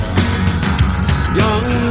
Young